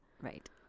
right